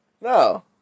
No